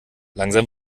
langsam